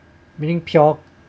meaning pure